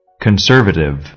Conservative